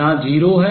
यहाँ 0 है